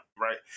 right